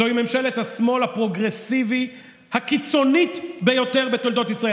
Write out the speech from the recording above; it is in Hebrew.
זוהי ממשלת השמאל הפרוגרסיבי הקיצונית ביותר בתולדות ישראל.